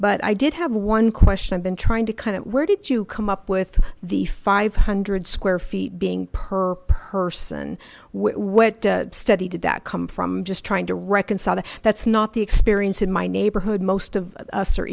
but i did have one question i've been trying to kind of where did you come up with the five hundred square feet being per person what study did that come from just trying to reconcile that that's not the experience in my neighborhood most of us are